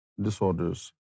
disorders